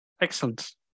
Excellent